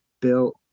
built